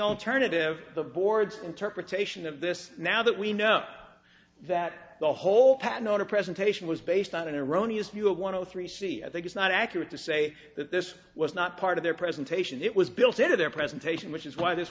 alternative the board's interpretation of this now that we know that the whole pattern or presentation was based on an erroneous view of one of the three c i think it's not accurate to say that this was not part of their presentation it was built into their presentation which is why this